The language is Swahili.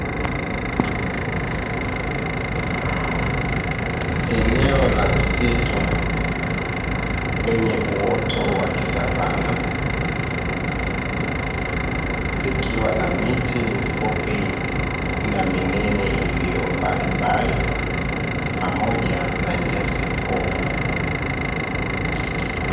Eneo la msitu lenye uoto wa kisavana likiwa na miti mifupi na minene iliyombalimbali pamoja na nyasi fupi.